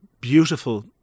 beautiful